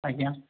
ଆଜ୍ଞା